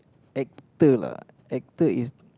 actor lah actor is